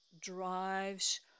drives